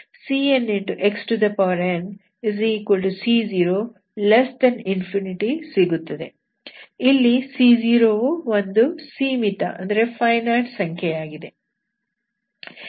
ಇಲ್ಲಿ c0 ವು ಒಂದು ಸೀಮಿತ ಸಂಖ್ಯೆಯಾಗಿದೆ